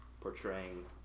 portraying